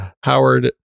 Howard